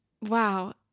wow